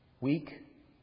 weak